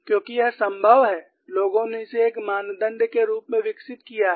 क्योंकि यह संभव है लोगों ने इसे एक मानदंड के रूप में भी विकसित किया है